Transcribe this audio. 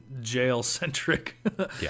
jail-centric